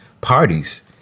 parties